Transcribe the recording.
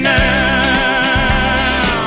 now